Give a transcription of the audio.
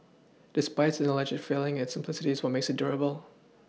despite its alleged failings its simplicity is what makes it durable